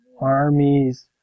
Armies